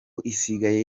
isigaye